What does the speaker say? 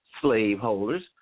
slaveholders